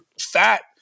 fat